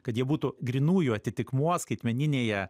kad jie būtų grynųjų atitikmuo skaitmeninėje